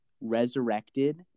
resurrected